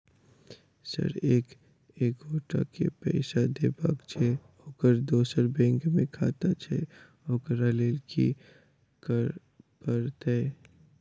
Sir एक एगोटा केँ पैसा देबाक छैय ओकर दोसर बैंक मे खाता छैय ओकरा लैल की करपरतैय?